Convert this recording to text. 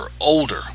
Older